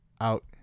out